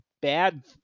bad